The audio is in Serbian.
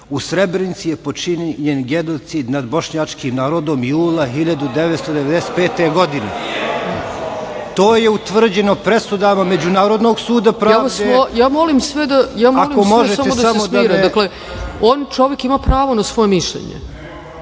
u Srebrenici je počinjen genocid nad bošnjačkim narodom jula 1995. godine. To je utvrđeno presudama Međunarodnog suda pravde. **Ana Brnabić** Ja molim sve samo da se smire. Čovek ima pravo na svoje mišljenje.